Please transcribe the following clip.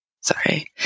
sorry